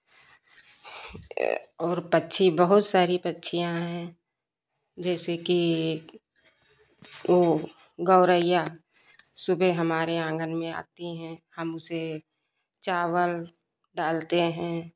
और पक्षी बहुत सारी पक्षियाँ हैं जैसे कि यह वह गोरैया सुबह हमारे आँगन में आती हैं हम उसे चावल डालते हैं